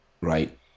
right